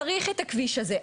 צריך את הכביש הזה,